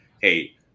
hey